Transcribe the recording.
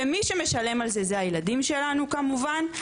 ומי שמשלם על זה זה הילדים שלנו כמובן,